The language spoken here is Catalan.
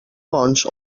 bons